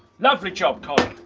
lovely job colin!